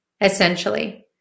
essentially